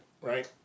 Right